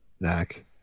neck